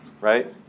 right